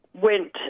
went